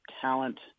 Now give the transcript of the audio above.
talent –